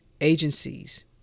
agencies